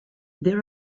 there